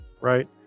right